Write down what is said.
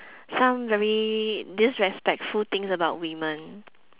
some very disrespectful things about women